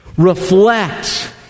reflect